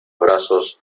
brazos